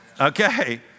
Okay